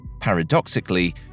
Paradoxically